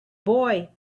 boy